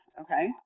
okay